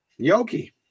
Yoki